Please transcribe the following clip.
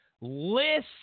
list